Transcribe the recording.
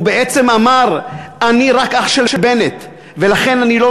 הוא בעצם אמר: אני רק אח של בנט ולכן אני לא